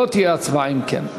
לא תהיה הצבעה, אם כן.